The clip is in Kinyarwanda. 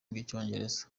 rw’icyongereza